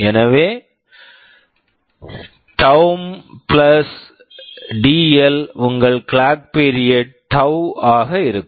எனவே taum dL உங்கள் clock period clock period tau tau ஆக இருக்கும்